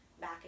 back